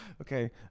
Okay